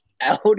out